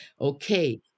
okay